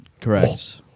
Correct